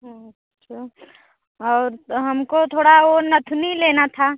अच्छा और हमको थोड़ा वो नथुनी लेना था